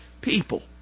people